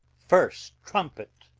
first trumpet.